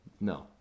No